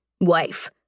wife